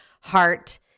heart